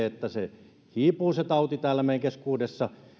että se tauti hiipuu täällä meidän keskuudessamme